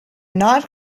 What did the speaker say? not